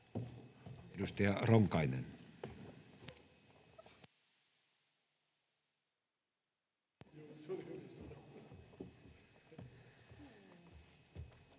Edustaja Ronkainen.